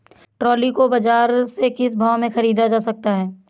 Trolley को बाजार से किस भाव में ख़रीदा जा सकता है?